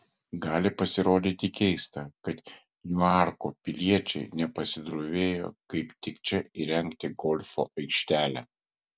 gali pasirodyti keista kad niuarko piliečiai nepasidrovėjo kaip tik čia įrengti golfo aikštelę